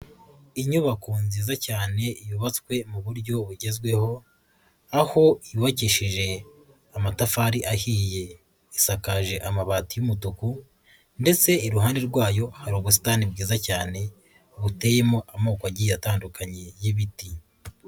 Inyubako nziza cyane yubatswe mu buryo bugezweho, aho yubakishije amatafari ahiye, isakaje amabati y'umutuku ndetse iruhande rwayo hari ubusitani bwiza cyane, buteyemo amoko agiye atandukanye y'ibiti.